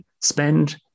spend